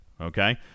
okay